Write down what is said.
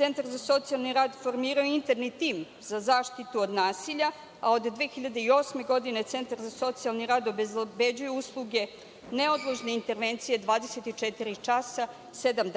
Centar za socijalni rad formirao je interni tim za zaštitu od nasilja, a od 2008. godine Centar za socijalni rad obezbeđuje usluge neodložne intervencije 24 časa, sedam